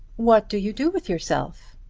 what do you do with yourself?